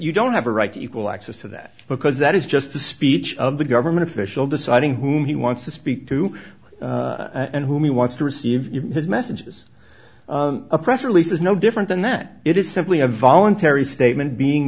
you don't have a right to equal access to that because that is just the speech of the government official deciding whom he wants to speak to and whom he wants to receive his messages a press release is no different than that it is simply a voluntary statement being